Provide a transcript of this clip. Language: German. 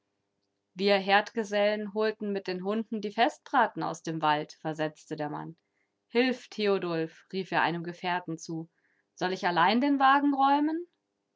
wir herdgesellen holten mit den hunden die festbraten aus dem wald versetzte der mann hilf theodulf rief er einem gefährten zu soll ich allein den wagen räumen